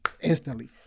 instantly